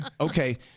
Okay